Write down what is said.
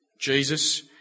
Jesus